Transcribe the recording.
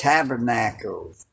Tabernacles